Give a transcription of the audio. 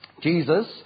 Jesus